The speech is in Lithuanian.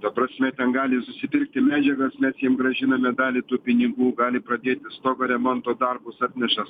ta prasme ten gali susipirkti medžiagas mes jiem grąžiname dalį tų pinigų gali pradėti stogo remonto darbus atneša